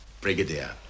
Brigadier